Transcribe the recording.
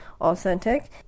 authentic